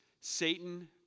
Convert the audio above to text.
Satan